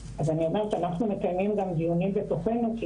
אז אני אומרת אנחנו מקיימים גם דיונים בתוכנו כי